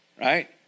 Right